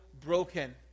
broken